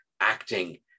acting